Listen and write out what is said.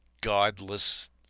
godless